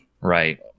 Right